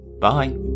Bye